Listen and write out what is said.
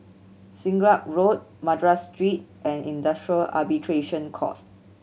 Siglap Road Madras Street and Industrial Arbitration Court